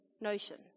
notion